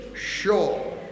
sure